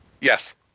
Yes